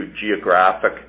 geographic